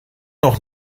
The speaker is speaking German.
noch